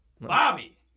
Bobby